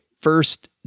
first